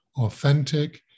authentic